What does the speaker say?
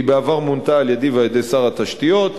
היא בעבר מונתה על-ידי ועל-ידי שר התשתיות,